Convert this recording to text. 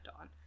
on